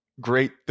great